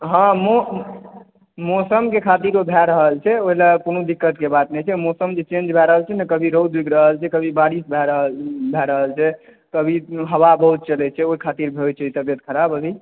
हॅं मौसम के खातिर ओ भय रहल छै ओहि लए कोनो दिक्कत के बात नहि छै मौसम जे चेंज भय रहल छै ने कभी कभी धूप दिख रहल छै कभी कभी बारिस भय रहल छै कभी हवा बहुत चलै छै ओहि खातिर होइ छै तबियत खराब